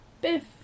Biff